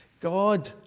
God